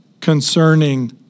concerning